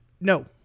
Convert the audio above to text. No